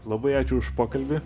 labai ačiū už pokalbį